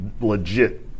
legit